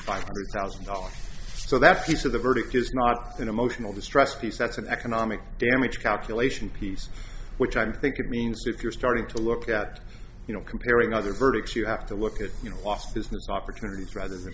five hundred thousand dollars so that piece of the verdict is not an emotional distress piece that's an economic damage calculation piece which i think it means if you're starting to look at you know comparing other verdicts you have to look at you know lost business opportunities rather than